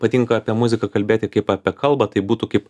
patinka apie muziką kalbėti kaip apie kalbą tai būtų kaip